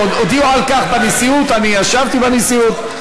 הודיעו על כך בנשיאות, אני ישבתי בנשיאות.